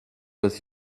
with